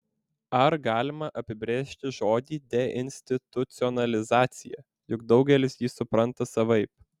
ar galima apibrėžti žodį deinstitucionalizacija juk daugelis jį supranta savaip